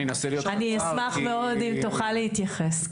אני אשמח מאוד אם תוכל להתייחס.